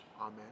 Amen